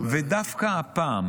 ודווקא הפעם